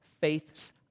faith's